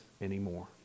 anymore